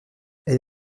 elle